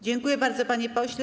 Dziękuję bardzo, panie pośle.